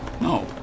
No